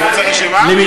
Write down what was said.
רוצה רשימה?